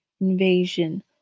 invasion